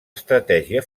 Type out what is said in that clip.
estratègia